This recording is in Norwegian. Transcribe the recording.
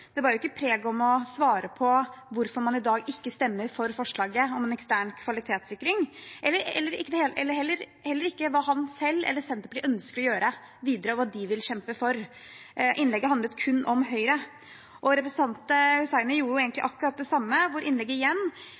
det bar ikke preg av å svare på hvorfor man i dag ikke stemmer for forslaget om en ekstern kvalitetssikring – heller ikke hva han selv eller Senterpartiet ønsker å gjøre videre, og hva de vil kjempe for. Innlegget handlet kun om Høyre. Representanten Hussaini gjorde egentlig akkurat det samme;